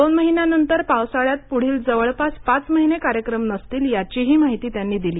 दोन महिन्यानंतर पावसाळ्यात पूढील जवळपास पाच महिने कार्यक्रम नसतील याचीही माहिती त्यांनी दिली